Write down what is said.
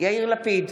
יאיר לפיד,